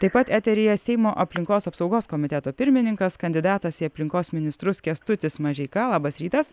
taip pat eteryje seimo aplinkos apsaugos komiteto pirmininkas kandidatas į aplinkos ministrus kęstutis mažeika labas rytas